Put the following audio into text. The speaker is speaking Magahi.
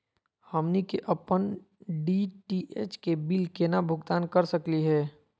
हमनी के अपन डी.टी.एच के बिल केना भुगतान कर सकली हे?